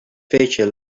feature